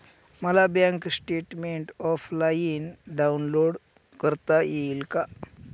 मला bank statement offline download करता येईल का?